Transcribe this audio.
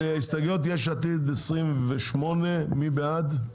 הסתייגויות יש עתיד לסעיף 28, מי בעד?